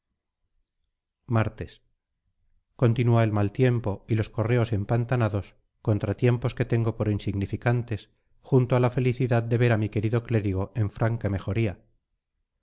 martes continúa el mal tiempo y los correos empantanados contratiempos que tengo por insignificantes junto a la felicidad de ver a mi querido clérigo en franca mejoría